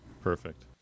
Perfect